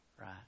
Right